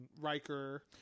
Riker